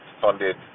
funded